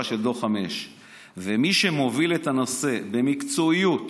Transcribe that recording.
בדור 5. מי שמוביל את הנושא במקצועיות